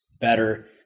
better